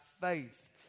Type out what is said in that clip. Faith